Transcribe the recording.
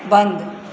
बंद